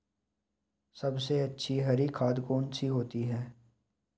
सबसे अच्छी हरी खाद कौन सी होती है?